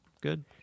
Good